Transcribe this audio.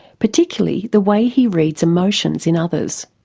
particularly the way he reads emotions in others.